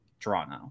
Toronto